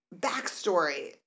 backstory